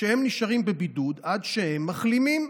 והם נשארים בבידוד עד שהם מחלימים.